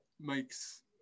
makes